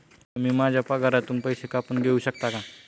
तुम्ही माझ्या पगारातून पैसे कापून घेऊ शकता का?